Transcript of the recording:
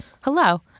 Hello